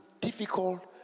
difficult